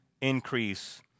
increase